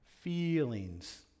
Feelings